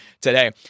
today